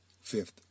Fifth